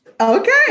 Okay